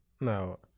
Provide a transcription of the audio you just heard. No